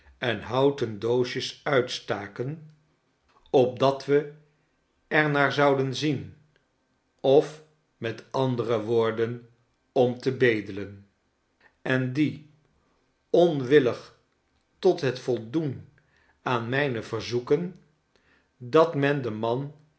en houten doosjes uitstaken opdat we er naar zouden zien of met andere woorden om te bedelen en die onwillig tot het voldoen aan mijne verzoeken dat men den man